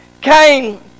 came